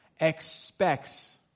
expects